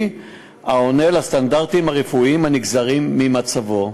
העונה לסטנדרטים הרפואיים הנגזרים ממצבו.